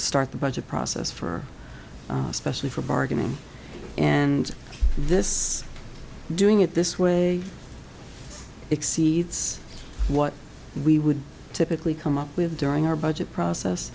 start the budget process for especially for bargaining and this doing it this way exceeds what we would typically come up with during our budget